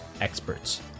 experts